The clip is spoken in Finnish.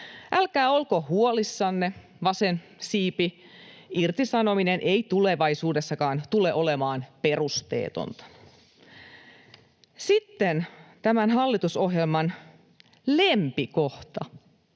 Älkää olko huolissanne, vasen siipi, irtisanominen ei tulevaisuudessakaan tule olemaan perusteetonta. Sitten tämän hallitusohjelman lempikohta: